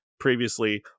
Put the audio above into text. Previously